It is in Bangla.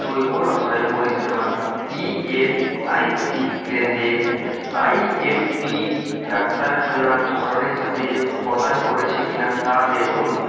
জৈব রসায়ন পরিষেবা ইএসআইসি কেন্দের আইএমপি ডাক্তারখানা ধরনের সাথে প্রদান করেছে কি না তা দেখুন